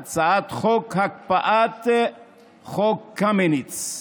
להקפאת חוק קמיניץ,